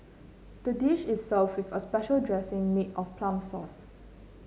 the dish is served with a special dressing made of plum sauce